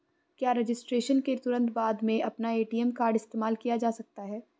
क्या रजिस्ट्रेशन के तुरंत बाद में अपना ए.टी.एम कार्ड इस्तेमाल किया जा सकता है?